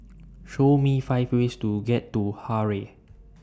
Show Me five ways to get to Harare